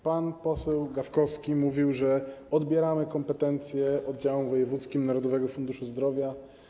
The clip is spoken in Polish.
Pan poseł Gawkowski mówił, że odbieramy kompetencje oddziałom wojewódzkim Narodowego Funduszu Zdrowia.